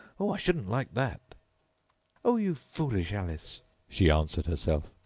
oh, i shouldn't like that oh, you foolish alice she answered herself.